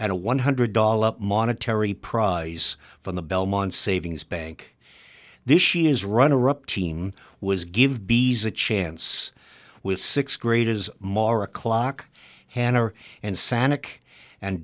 at a one hundred dollars monetary prize from the belmont savings bank this she is runner up team was give b s a chance with sixth graders maura clock hanner and san